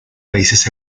países